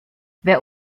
wer